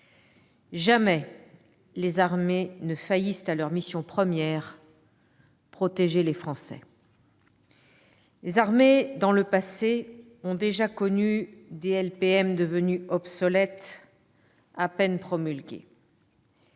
jamais les armées ne faillissent à leur mission première : protéger les Français. Les armées ont déjà connu par le passé des LPM devenues obsolètes à peine promulguées.